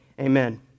Amen